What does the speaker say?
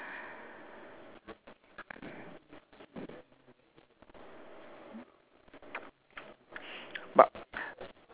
but